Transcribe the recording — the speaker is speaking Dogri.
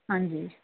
हां जी